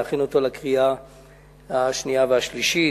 לקריאה השנייה והשלישית.